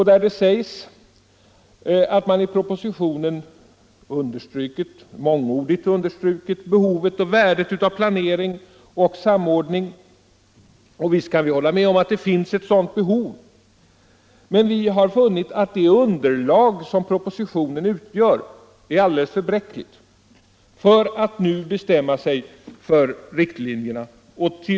Det sägs där att man i propositionen mångordigt understrukit behovet och värdet av planering och samordning. Visst kan vi hålla med om att det finns ett sådant behov. Men vi har funnit att det underlag som propositionen utgör är alldeles för bräckligt för att vi nu skall kunna bestämma oss för riktlinjer och 1.